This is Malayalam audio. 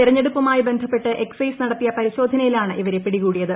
തെരഞ്ഞെടുപ്പുമായി ബന്ധപ്പെട്ട് എക്സൈസ് നടത്തിയ പരിശോധനയിലാണ് ഇവരെ പിടികൂടിയത്